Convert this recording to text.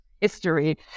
history